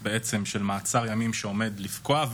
אנחנו נעבור מייד להצבעה, הצבעה אלקטרונית.